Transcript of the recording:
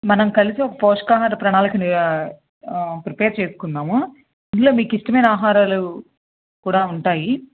మనం కలిసి ఒక పోషకాహార ప్రణాళికను ప్రిపేర్ చేసుకుందాము ఇందులో మీకిష్టమైన ఆహారాలు కూడా ఉంటాయి